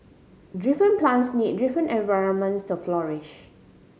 different plants need different environments to flourish